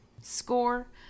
score